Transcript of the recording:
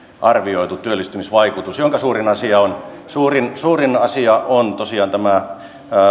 arvioitu työllistymisvaikutus jonka suurin suurin asia on tosiaan tämä